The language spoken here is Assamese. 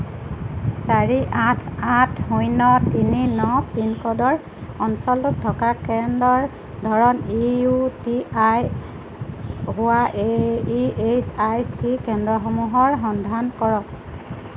চাৰি আঠ আঠ শূন্য তিনি ন পিনক'ডৰ অঞ্চলটোত থকা কেন্দ্ৰৰ ধৰণ ইউ টি আই হোৱা ই এইচ আই চি কেন্দ্ৰসমূহৰ সন্ধান কৰক